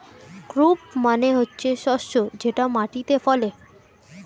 crop মানে হচ্ছে শস্য যেটা মাটিতে ফলে